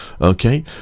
Okay